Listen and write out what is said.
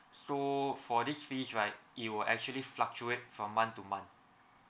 so for this fees right it will actually fluctuate from month to month